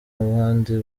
handi